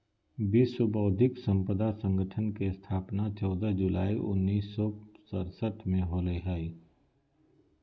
विश्व बौद्धिक संपदा संगठन के स्थापना चौदह जुलाई उननिस सो सरसठ में होलय हइ